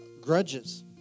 grudges